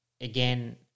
again